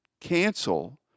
cancel